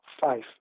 five